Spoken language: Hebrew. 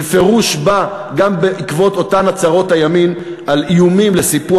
בפירוש בא גם בעקבות אותן הצהרות הימין על איומים לסיפוח